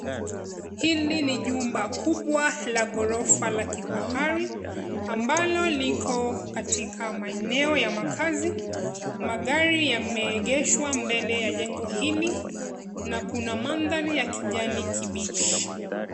Hili ni jumba kubwa la ghorofa la kifahari ambalo liko katika maeneo ya makazi. Magari yameegeshwa mbele ya jengo hili na kuna mandhari ya kijani kibichi.